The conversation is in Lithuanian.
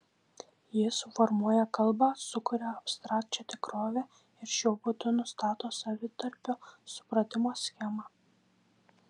ji suformuoja kalbą sukuria abstrakčią tikrovę ir šiuo būdu nustato savitarpio supratimo schemą